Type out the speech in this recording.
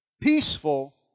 peaceful